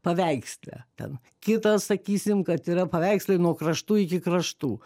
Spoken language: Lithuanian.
paveiksle ten kitas sakysim kad yra paveikslai nuo kraštų iki kraštų